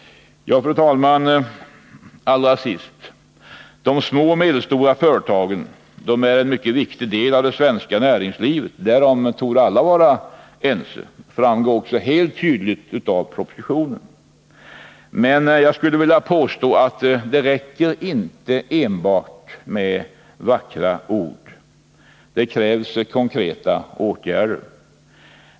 Allra sist, fru talman, de små och medelstora företagen är — därom torde alla vara ense — en mycket viktig del av det svenska näringslivet, och det framgår tydligt av propositionen. Men jag skulle vilja påstå att det inte räcker med enbart vackra ord — det krävs konkreta åtgärder.